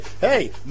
Hey